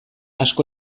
asko